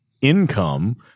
Income